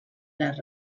les